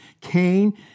Cain